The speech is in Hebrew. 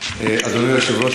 אדוני היושב-ראש,